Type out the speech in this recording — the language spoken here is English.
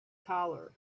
collar